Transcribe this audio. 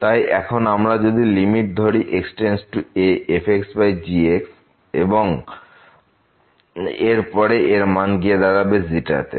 তাই এখন আমরা যদি লিমিট ধরি x→a f gএবং এরপরে এর মান গিয়ে দাঁড়াবে তে